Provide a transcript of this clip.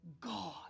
God